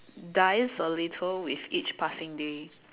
dies a little with each passing day